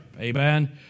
amen